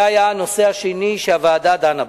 זה היה הנושא השני שהוועדה דנה בו.